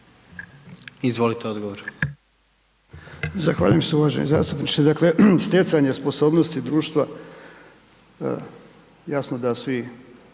Izvolite odgovor.